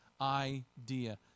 idea